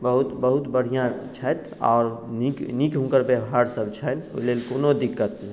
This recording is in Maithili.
बहुत बहुत बढ़िआँ छथि आओर नीक नीक हुनकर व्यवहारसभ छनि ओहि लेल कोनो दिक्कत नहि